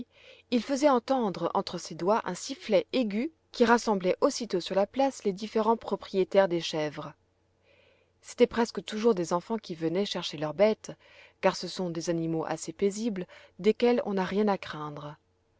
il faisait entendre entre ses doigts un sifflet aigu qui rassemblait aussitôt sur la place les différents propriétaires des chèvres c'étaient presque toujours des enfants qui venaient chercher leurs bêtes car ce sont des animaux assez paisibles desquels ou n'a rien à craindre